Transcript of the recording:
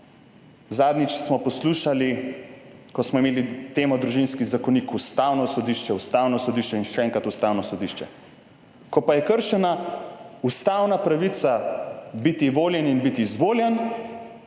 Zadnjič smo poslušali, ko smo imeli temo Družinski zakonik, Ustavno sodišče, Ustavno sodišče in še enkrat Ustavno sodišče. Ko pa je kršena ustavna pravica biti voljen in biti izvoljen